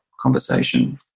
conversation